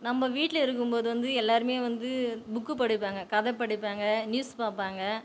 நம்ப வீட்டில் இருக்கும்போது வந்து எல்லோருமே வந்து புக்கு படிப்பாங்க கதை படிப்பாங்க நியூஸ் பார்ப்பாங்க